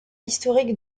historiques